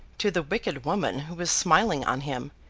to the wicked woman who was smiling on him,